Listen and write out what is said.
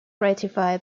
ratify